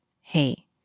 hey